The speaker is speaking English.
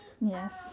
Yes